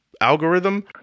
algorithm